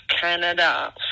Canada